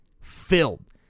filled